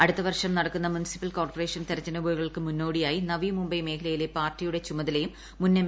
അടുത്തവർഷം നടക്കുന്ന municipal corporation തിരഞ്ഞെടുപ്പുകൾക്ക് മുന്നോടിയായി നവി മുംബൈ മേഖലയിലെ പാർട്ടിയുടെ ചുമതലയും മുൻ എം